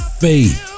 faith